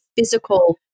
physical